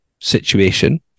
situation